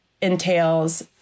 entails